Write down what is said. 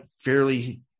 fairly